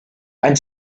and